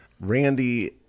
Randy